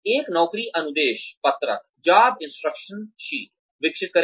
एक नौकरी अनुदेश पत्रक job instruction sheet विकसित करें